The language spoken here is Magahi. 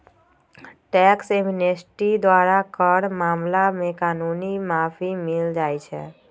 टैक्स एमनेस्टी द्वारा कर मामला में कानूनी माफी मिल जाइ छै